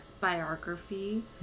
Biography